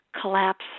collapse